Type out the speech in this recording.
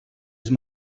els